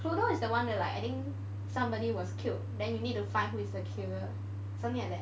cluedo is the one that like I think somebody was killed then you need to find who's the killer something like that